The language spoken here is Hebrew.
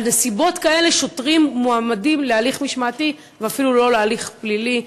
על נסיבות כאלה שוטרים מועמדים להליך משמעתי ואפילו לא להליך פלילי.